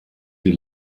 die